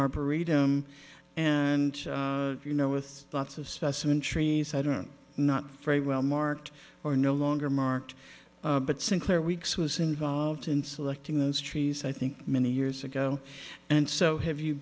arboretum and you know with lots of specimen trees i don't not very well marked or no longer marked but sinclair weeks was involved in selecting those trees i think many years ago and so have you